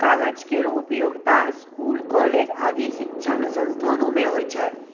कागज केरो उपयोगिता स्कूल, कॉलेज आदि शिक्षण संस्थानों म होय छै